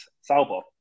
Salvo